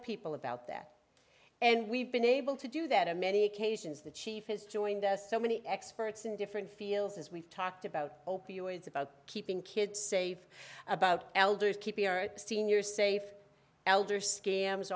people about that and we've been able to do that in many occasions the chief has joined us so many experts in different fields as we've talked about opioids about keeping kids safe about elders keeping our seniors safe elder scams